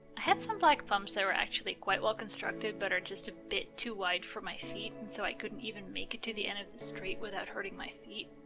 had some black pumps that were actually quite well constructed but are just a bit too wide for my feet and so i couldn't even make it to the end of the street without hurting my feet.